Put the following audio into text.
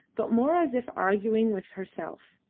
but more as if arguing with herself.